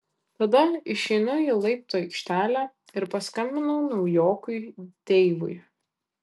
tada išeinu į laiptų aikštelę ir paskambinu naujokui deivui